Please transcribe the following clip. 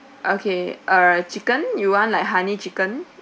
okay err chicken you want like honey chicken